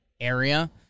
area